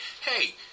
hey